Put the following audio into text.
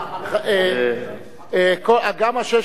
גם 650